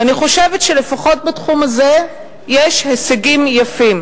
ואני חושבת שלפחות בתחום הזה יש הישגים יפים.